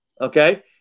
okay